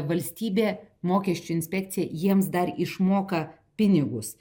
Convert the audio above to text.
valstybė mokesčių inspekcija jiems dar išmoka pinigus